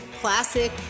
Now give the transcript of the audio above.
classic